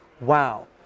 wow